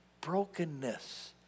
brokenness